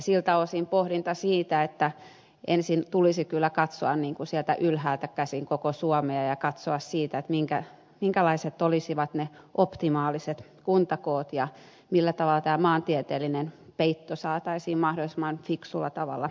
siltä osin on pohdinta siitä että ensin tulisi kyllä katsoa sieltä ylhäältä käsin koko suomea minkälaiset olisivat ne optimaaliset kuntakoot ja millä tavalla tämä maantieteellinen peitto saataisiin mahdollisimman fiksulla tavalla rakennettua